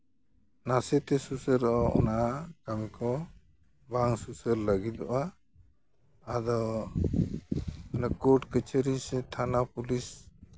ᱱᱟᱥᱮᱛᱮ ᱥᱩᱥᱟᱹᱨᱚᱜᱼᱟ ᱚᱱᱟ ᱠᱟᱹᱢᱤ ᱠᱚ ᱵᱟᱝ ᱥᱩᱥᱟᱹᱨ ᱞᱟᱹᱜᱤᱫᱚᱜᱼᱟ ᱟᱫᱚ ᱚᱱᱟ ᱠᱳᱨᱴ ᱠᱟᱹᱪᱷᱟᱹᱨᱤ ᱥᱮ ᱛᱷᱟᱱᱟ ᱯᱩᱞᱤᱥ